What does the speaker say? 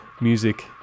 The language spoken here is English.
music